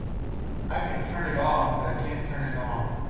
i can turn it off. but i can't turn it on.